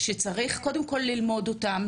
שצריך קודם כל ללמוד אותם,